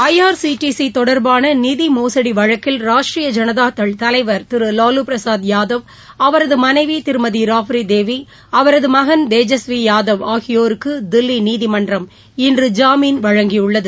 ஐ R C T C தொடர்பான நிதிமோசுடி வழக்கில் ராஷ்ட்ரிய ஜனதா தள் தலைவர் திரு லாலுபிரசாத் யாதவ் அவரது மனைவி திருமதி ராப்ரி தேவி அவரது மகன் தேஜஸ்வி யாதவ் ஆகியோருக்கு தில்லி நீதிமன்றம் இன்று ஜாமீன் வழங்கியுள்ளது